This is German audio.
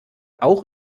auch